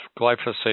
glyphosate